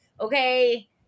Okay